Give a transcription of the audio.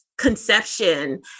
conception